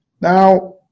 Now